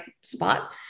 spot